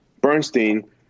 Bernstein